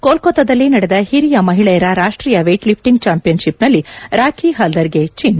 ಕೋಲ್ಕತ್ತಾದಲ್ಲಿ ನಡೆದ ಹಿರಿಯ ಮಹಿಳೆಯರ ರಾಷ್ಟೀಯ ವೇಟ್ ಲಿಫ್ಲಿಂಗ್ ಚಾಂಪಿಯನ್ ಶಿಪ್ನಲ್ಲಿ ರಾಖಿ ಹಲ್ದರ್ಗೆ ಚಿನ್ನ